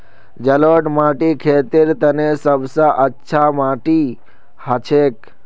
जलौढ़ माटी खेतीर तने सब स अच्छा माटी हछेक